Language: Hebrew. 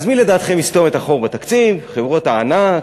אז מי לדעתכם יסתום את החור בתקציב, חברות הענק